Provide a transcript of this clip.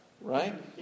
Right